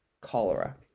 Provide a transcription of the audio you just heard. cholera